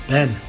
Ben